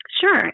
Sure